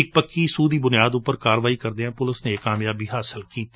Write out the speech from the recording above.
ਇਕ ਪੱਕੀ ਸੁਹ ਦੀ ਬੁਨਿਆਦ ਉਪਰ ਕਾਰਵਾਈ ਕਰਦਿਆਂ ਪੁਲਿਸ ਨੇ ਇਹ ਕਾਮਯਾਬੀ ਹਾਸਲ ਕੀਤੀ